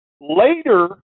later